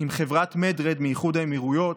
עם חברת Med-Red מאיחוד האמירויות,